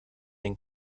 den